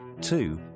Two